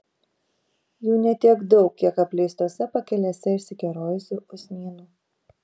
jų ne tiek daug kiek apleistose pakelėse išsikerojusių usnynų